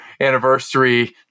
anniversary